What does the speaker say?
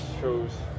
shows